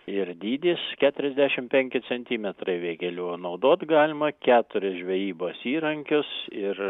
ir dydis keturiasdešim penki centimetrai vėgėlių naudot galima keturis žvejybos įrankius ir